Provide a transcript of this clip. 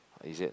is it